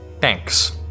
Thanks